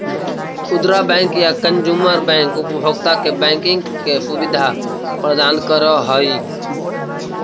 खुदरा बैंक या consumer bank उपभोक्ता के बैंकिंग के सुविधा प्रदान करऽ हइ